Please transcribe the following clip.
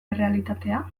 errealitatea